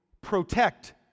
protect